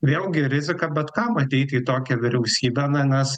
vėlgi rizika bet kam ateiti į tokią vyriausybę na nes